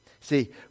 See